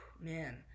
man